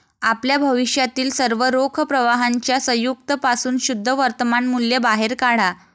आपल्या भविष्यातील सर्व रोख प्रवाहांच्या संयुक्त पासून शुद्ध वर्तमान मूल्य बाहेर काढा